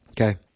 Okay